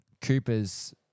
Cooper's